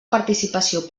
participació